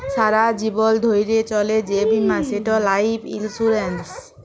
সারা জীবল ধ্যইরে চলে যে বীমা সেট লাইফ ইলসুরেল্স